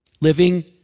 Living